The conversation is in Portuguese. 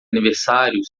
aniversário